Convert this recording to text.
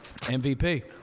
MVP